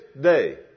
day